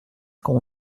qu’on